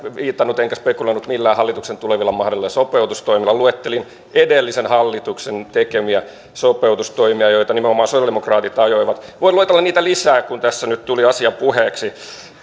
viitannut enkä spekuloinut millään hallituksen tulevilla mahdollisilla sopeutustoimilla luettelin edellisen hallituksen tekemiä sopeutustoimia joita nimenomaan sosialidemokraatit ajoivat voin luetella niitä lisää kun tässä nyt tuli asia puheeksi